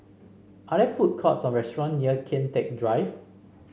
are there food courts or restaurant near Kian Teck Drive